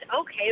okay